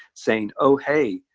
saying, oh, hey,